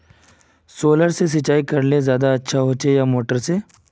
Solar से सिंचाई करले ज्यादा अच्छा होचे या मोटर से?